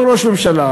אותו ראש הממשלה,